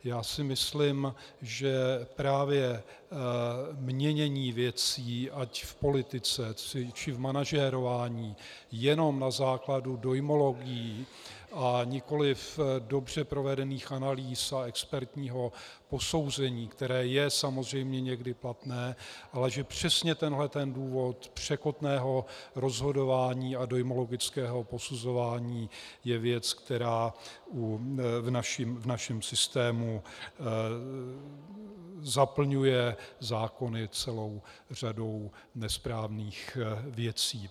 Já si myslím, že právě měnění věcí ať v politice, či v manažerování jenom na základě dojmologií, a nikoliv dobře provedených analýz a expertního posouzení, které je samozřejmě někdy platné, ale že přesně tenhle důvod překotného rozhodování a dojmologického posuzování je věc, která v našem systému zaplňuje zákony celou řadou nesprávných věcí.